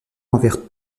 envers